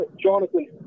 Jonathan